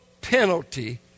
penalty